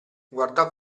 guardò